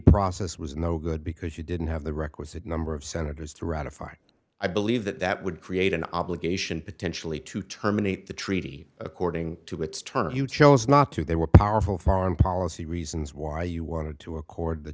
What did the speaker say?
process was no good because you didn't have the requisite number of senators to ratify it i believe that that would create an obligation potentially to terminate the treaty according to its terms you chose not to they were powerful foreign policy reasons why you wanted to accord the